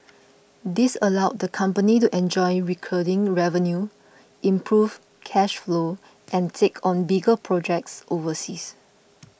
this allows the company to enjoy recurring revenue improve cash flow and take on bigger projects overseas